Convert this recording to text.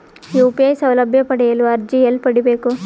UPI ಸೌಲಭ್ಯ ಪಡೆಯಲು ಅರ್ಜಿ ಎಲ್ಲಿ ಪಡಿಬೇಕು?